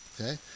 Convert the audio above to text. Okay